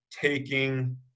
taking